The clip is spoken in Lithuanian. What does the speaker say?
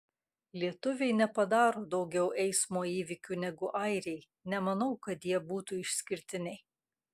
lietuviai nepadaro daugiau eismo įvykių negu airiai nemanau kad jie būtų išskirtiniai